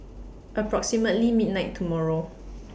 approximately midnight tomorrow